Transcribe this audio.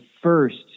first